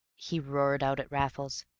he roared out at raffles.